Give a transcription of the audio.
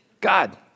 God